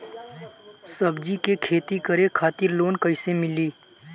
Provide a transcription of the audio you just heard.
सब्जी के खेती करे खातिर लोन कइसे मिली?